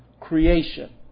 creation